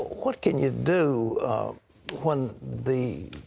what can you do when the